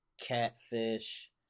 catfish